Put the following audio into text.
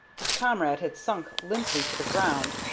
his comrade had sunk limply to the ground,